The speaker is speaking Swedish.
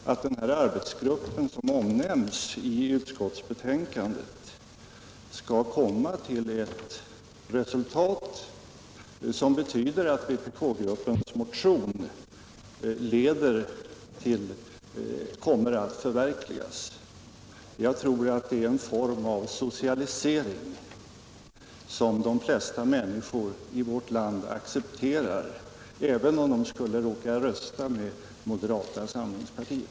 Herr talman! Herr Fridolfsson nämnde i sitt anförande att han ansåg sig besitta speciell kompetens på det här området. Nu råkade jag i morse höra ett referat från den pågående läkarstämman, där en talare helt riktigt påpekade att dödlighetsprocenten i Sverige är 100. Jag menar alltså att vi alla har en viss kompetens på det område som just nu behandlas. I motsats till herr Fridolfsson vill jag uttrycka den förhoppningen att arbetsgruppen som omnämns i utskottsbetänkandet skall komma till ett resultat som betyder att förslaget i vpk-gruppens motion förverkligas. Jag tror att det är en form av socialisering som de flesta människor i vårt land accepterar, även om de röstar med moderata samlingspartiet.